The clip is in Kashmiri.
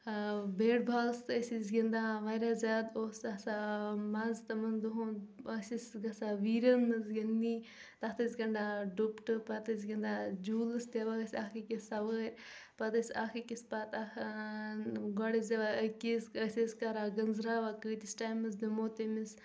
بیٹ بالس تہ ٲسۍ أسۍ گِنٛدان واریاہ زیادٕ اوس آسان مزٕ تِمن دۄہن أسۍ ٲسۍ گژھان ویٖرین منٛز گِنٛدنہِ تتھ ٲسۍ گنٛڈان ڈُپٹہِ پتہٕ ٲسۍ گِنٛدان جوٗلس دِوان ٲسۍ اکھ أکِس سوٲر پتہٕ ٲس اکھ أکِس پتہٕ اۭں گۄڈٕ ٲسۍ دِوان أکِس ٲس أسۍ کران گنٛزراوان کۭتِس ٹایمس دمو تٔمِس